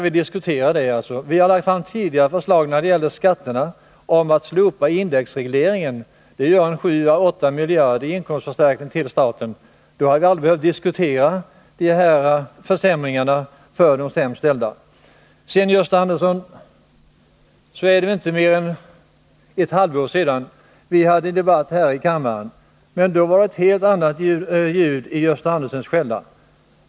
Vi har tidigare lagt fram förslag när det gäller skatterna om att slopa indexregleringen. Det skulle innebära en inkomstförstärkning för staten på sju å åtta miljarder. Då hade vi aldrig behövt diskutera några försämringar för de sämst ställda. Det är väl inte mer än ett halvår sedan vi hade en diskussion här i kammaren när det var ett helt annat ljud i Gösta Anderssons skälla.